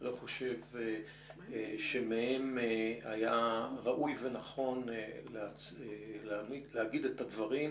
ואני לא חושב שמהם ראוי ונכון להגיד את הדברים,